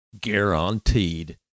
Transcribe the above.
Guaranteed